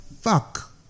fuck